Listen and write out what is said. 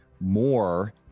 more